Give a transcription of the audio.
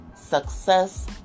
success